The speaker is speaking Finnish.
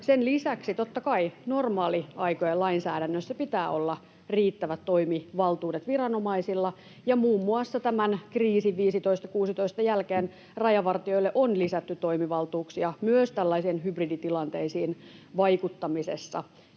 totta kai normaaliaikojen lainsäädännössä pitää olla riittävät toimivaltuudet viranomaisilla, ja muun muassa vuosien 2015—2016 kriisin jälkeen rajavartijoille on lisätty toimivaltuuksia myös tällaisiin hybriditilanteisiin vaikuttamisessa,